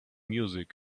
music